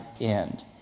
end